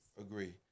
Agree